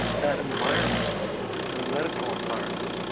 that environment and the medical environment.